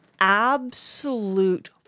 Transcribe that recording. absolute